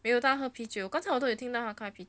没有他喝啤酒刚才我都有听到他开啤酒